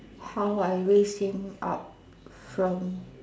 how I raise him up from